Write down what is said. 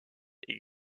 est